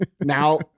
now